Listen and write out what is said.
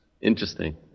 Interesting